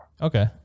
Okay